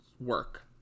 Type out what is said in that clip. work